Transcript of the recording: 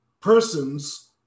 persons